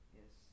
yes